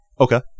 okay